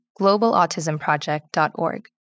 globalautismproject.org